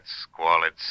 squalid